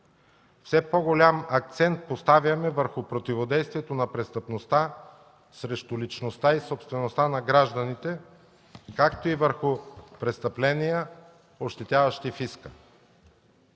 Все по-голям акцент поставяме върху противодействието на престъпността срещу личността и собствеността на гражданите, както и върху престъпления, ощетяващи фиска.